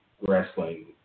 wrestling